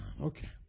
okay